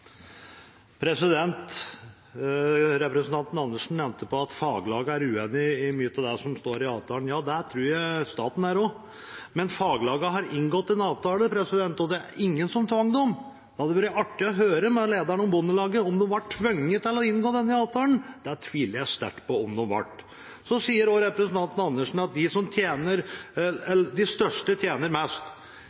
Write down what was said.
Representanten Karin Andersen nevnte at faglagene er uenig i mye av det som står i avtalen. Ja, det tror jeg staten er også, men faglagene har inngått en avtale, og det var ingen som tvang dem. Det hadde vært artig å høre med lederen i Bondelaget om de ble tvunget til å inngå denne avtalen. Det tviler jeg sterkt på at de ble. Så sier representanten Karin Andersen også at de største tjener mest. Ja, de som produserer mest, tjener også mest.